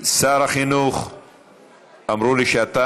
זוג), התשע"ו 2016, לקריאה ראשונה.